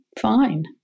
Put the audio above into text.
fine